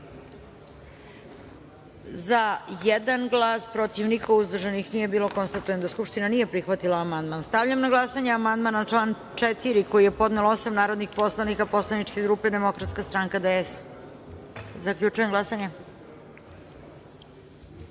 – jedan, protiv – niko, uzdržan – niko. Konstatujem da Skupština nije prihvatila amandman. Stavljam na glasanje amandman na član 4. koji je podnelo osam narodnih poslanika poslaničke grupe Demokratska stanka DS.Zaključujem glasanje: